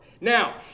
Now